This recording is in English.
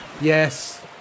Yes